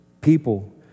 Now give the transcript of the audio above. people